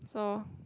no